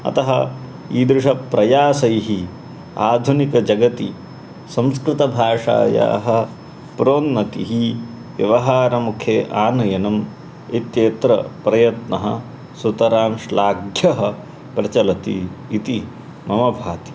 अतः ईदृशप्रयासैः आधुनिकजगति संस्कृतभाषायाः प्रोन्नतिः व्यवहारमुखे आनयनम् इत्येत्र प्रयत्नः सुतरां श्लाघ्यः प्रचलति इति मम भाति